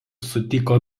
sutiko